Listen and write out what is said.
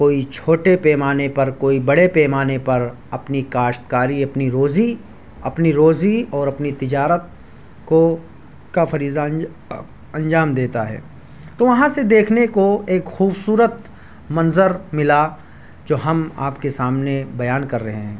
کوئی چھوٹے پیمانے پر کوئی بڑے پیمانے پر اپنی کاشت کاری اپنی روزی اپنی روزی اور اپنی تجارت کو کا فریضہ انجا انجام دیتا ہے تو وہاں سے دیکھنے کو ایک خوبصورت منظر ملا جو ہم آپ کے سامنے بیان کر رہے ہیں